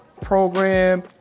program